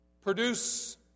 Produce